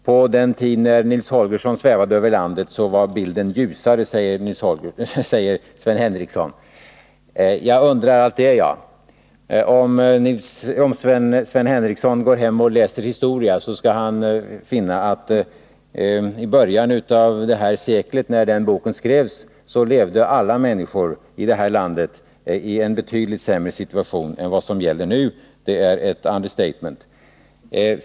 På den tid när Nils Holgersson svävade över landet var bilden ljusare, säger Sven Henricsson. Jag undrar allt det, jag. Om Sven Henricsson går hem och läser historia, så skall han finna att i början av det här seklet — när boken skrevs — levde alla människor i det här landet i en betydligt sämre situation än vad som gäller nu. — Detta är ett understatement.